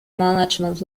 management